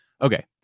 okay